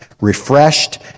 refreshed